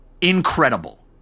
incredible